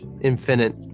infinite